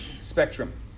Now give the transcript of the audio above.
spectrum